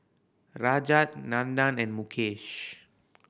Rajat Nandan and Mukesh